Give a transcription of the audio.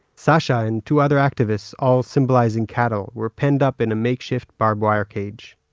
sasha and two other activists, all symbolizing cattle, were penned up in a makeshift barbed wire cage.